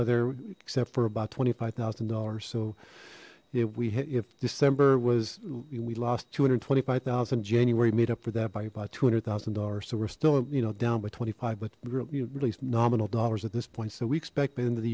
other except for about twenty five thousand dollars so yeah we have december was we lost two hundred and twenty five zero january made up for that by about two hundred thousand dollars so we're still you know down by twenty five but released nominal dollars at this point so we expect by the end of the